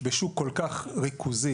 בשוק כל כך ריכוזי,